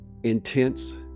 intense